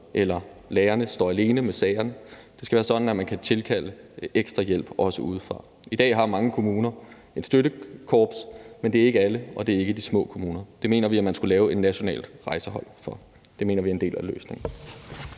eller lærerne står alene med sagen. Det skal være sådan, at man kan tilkalde ekstra hjælp, også udefra. I dag har mange kommuner et støttekorps, men det er ikke alle, og det er ikke i de små kommuner. Det mener vi man skulle lave et nationalt rejsehold for. Det mener vi er en del af løsningen.